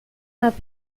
más